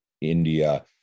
India